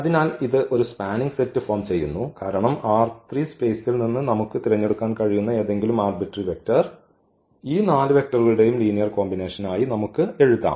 അതിനാൽ ഇത് ഒരു സ്പാനിംഗ് സെറ്റ് ഫോം ചെയ്യുന്നു കാരണം ഈ സ്പെയ്സിൽ നിന്ന് നമുക്ക് തിരഞ്ഞെടുക്കാൻ കഴിയുന്ന ഏതെങ്കിലും ആര്ബിട്രേറി വെക്റ്റർ ഈ 4 വെക്റ്ററുകളുടെ ലീനിയർ കോമ്പിനേഷനായി നമുക്ക് എഴുതാം